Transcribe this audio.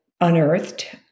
unearthed